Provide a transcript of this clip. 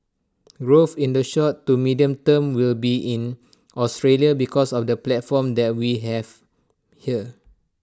growth in the short to medium term will be in Australia because of the platform that we have here